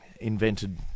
invented